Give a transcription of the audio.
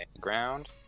ground